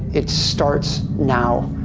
it starts now.